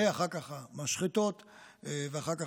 ואחר כך המשחתות ואחר כך,